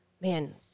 man